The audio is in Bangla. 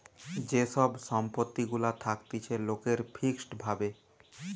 যে সব সম্পত্তি গুলা থাকতিছে লোকের ফিক্সড ভাবে